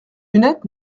lunettes